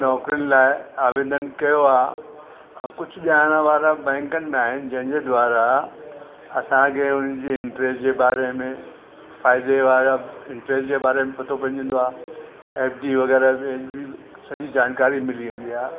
नौकिरियुन लाइ आवेदनु कयो आहे ऐं कुझु ॼाणण वारा बैंकनि में आहिनि जंहिंजे द्वारा असांखे उन्हनि जी इंट्रस्ट जे बारे में फ़ायदे वारा इंट्रस्ट जे बारे में पतो पइजी वेंदो आहे एफ डी वगै़रह बि आहिनि सॼी जानकारी मिली वेंदी आहे